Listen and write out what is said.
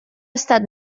estat